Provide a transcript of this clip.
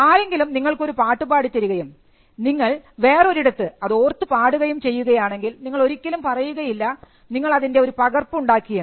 ആരെങ്കിലും നിങ്ങൾക്കൊരു പാട്ടു പാടി തരുകയും നിങ്ങൾ വേറൊരിടത്ത് അതോർത്ത് പാടുകയും ചെയ്യുകയാണെങ്കിൽ നിങ്ങൾ ഒരിക്കലും പറയുകയില്ല നിങ്ങൾ അതിൻറെ ഒരു പകർപ്പ് ഉണ്ടാക്കിയെന്ന്